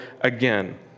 again